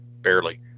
barely